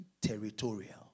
Territorial